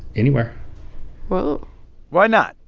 anywhere whoa why not?